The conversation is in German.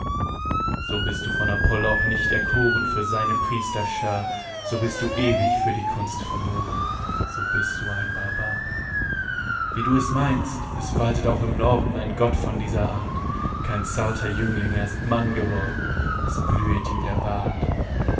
so bist du von apoll auch nicht erkoren für seine priesterschaar so bist du ewig für die kunst verloren so bist du ein barbar wie du es meinst es waltet auch in norden ein gott von dieser art kein zarter jüngling er ist mann geworden es blühet ihm der bart